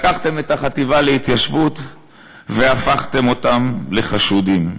לקחתם את החטיבה להתיישבות והפכתם אותם לחשודים.